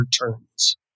returns